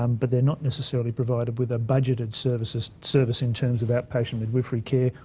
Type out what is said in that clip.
um but they're not necessarily provided with a budgeted service service in terms of outpatient midwifery care.